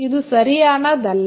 இது சரியானதல்ல